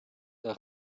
der